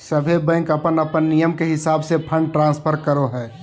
सभे बैंक अपन अपन नियम के हिसाब से फंड ट्रांस्फर करो हय